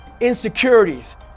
insecurities